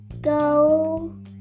go